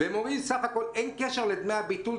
ואין קשר לדמי הביטול.